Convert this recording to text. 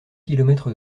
kilomètre